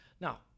Now